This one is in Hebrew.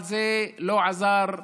אבל זה לא עזר לאיאד,